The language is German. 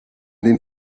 den